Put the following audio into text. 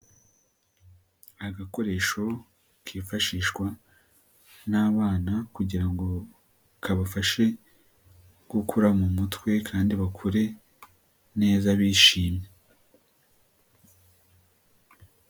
Agakoresho kifashishwa n'abana kugira ngo kabafashe gukura mu mutwe kandi bakure neza bishimye.